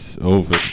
over